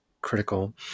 critical